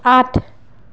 আঠ